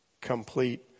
complete